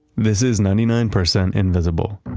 this is ninety nine percent invisible.